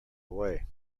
away